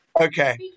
Okay